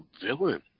villain